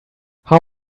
how